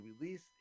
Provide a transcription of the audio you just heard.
released